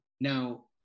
Now